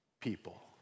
people